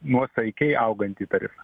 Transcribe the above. nuosaikiai augantį tarifą